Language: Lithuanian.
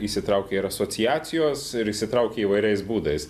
įsitraukė ir asociacijos ir įsitraukė įvairiais būdais